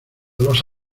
los